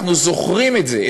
אנחנו זוכרים את זה,